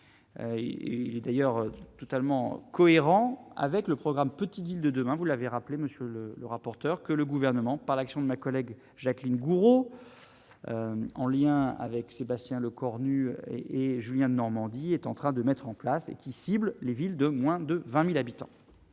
il est d'ailleurs totalement cohérent avec le programme Petites Villes de demain, vous l'avez rappelé monsieur le rapporteur, que le gouvernement par l'action de ma collègue Jacqueline Gourault, en lien avec Sébastien Lecornu et Julien Denormandie est en train de mettre en place et qui ciblent les villes de moins de 20000 habitants